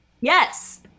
Yes